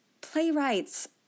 playwrights